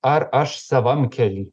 ar aš savam kely